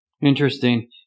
Interesting